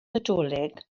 nadolig